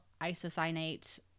isocyanate